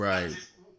Right